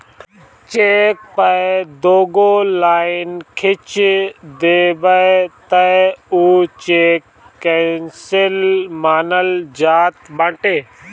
check पअ दुगो line खिंच देबअ तअ उ चेक केंसल मानल जात बाटे